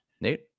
Nate